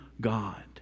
God